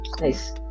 nice